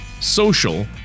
social